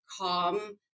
calm